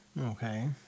Okay